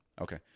Okay